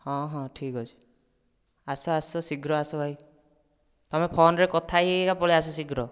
ହଁ ହଁ ଠିକ ଅଛି ଆସ ଆସ ଶୀଘ୍ର ଆସ ଭାଇ ତମେ ଫୋନରେ କଥା ହେଇ ହେଇକା ପଳାଇଆସ ଶୀଘ୍ର